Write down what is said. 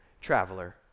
traveler